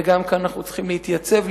גם כאן אנחנו צריכים להתייצב,